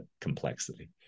complexity